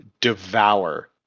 devour